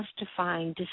justifying